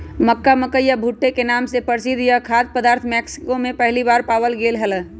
मक्का, मकई या भुट्टे के नाम से प्रसिद्ध यह खाद्य पदार्थ मेक्सिको में पहली बार पावाल गयले हल